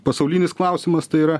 pasaulinis klausimas tai yra